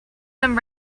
them